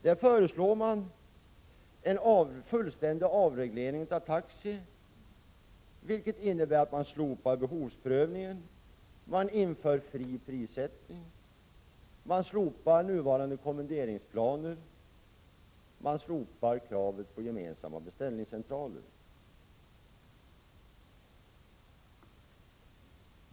Där föreslår man en fullständig avreglering av taxinäringen, vilket innebär att man inför fri prissättning, slopar behovsprövningen och nuvarande kommenderingsplaner samt slopar kravet på gemensamma beställningscentraler.